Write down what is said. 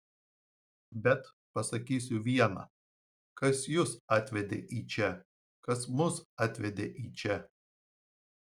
bet pasakysiu viena kas jus atvedė į čia kas mus atvedė į čia